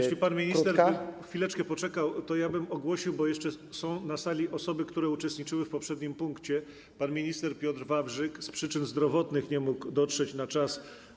Jeśli pan minister by chwileczkę poczekał, to ja ogłoszę - bo jeszcze są na sali osoby, które uczestniczyły w poprzednim punkcie - że pan minister Piotr Wawrzyk z przyczyn zdrowotnych nie mógł dotrzeć na czas.